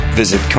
visit